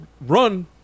run